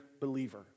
believer